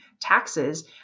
taxes